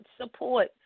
support